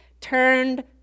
turned